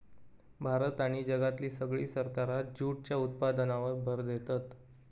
भारत आणि जगातली सगळी सरकारा जूटच्या उत्पादनावर भर देतत